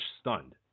stunned